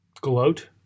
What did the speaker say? gloat